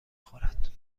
خورد